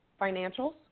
financials